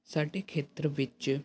ਸਾਡੇ ਖੇਤਰ ਵਿੱਚ